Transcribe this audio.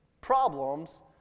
problems